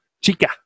Chica